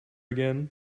again